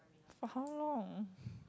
for how long